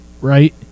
Right